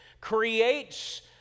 creates